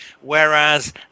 whereas